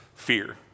fear